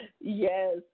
Yes